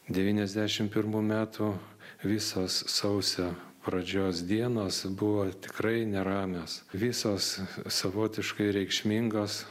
devyniasdešim pirmų metų visos sausio pradžios dienos buvo tikrai neramios visos savotiškai reikšmingos